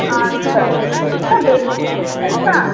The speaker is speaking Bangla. আচ্ছা না বেশি তো ডিসটেন্স না